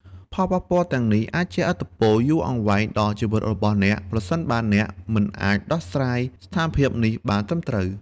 ផលប៉ះពាល់ទាំងនេះអាចជះឥទ្ធិពលយូរអង្វែងដល់ជីវិតរបស់អ្នក ប្រសិនបើអ្នកមិនអាចដោះស្រាយស្ថានភាពនេះបានត្រឹមត្រូវ។